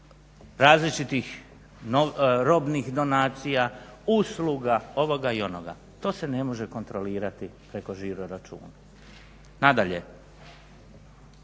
različitih robnih donacija, usluga, ovoga i onoga. To se ne može kontrolirati preko žiro-računa. Nadalje,